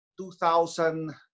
2000